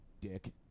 Dick